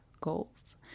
goals